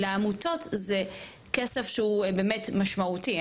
לעמותות זה סכום שהוא באמת משמעותי,